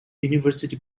university